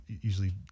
usually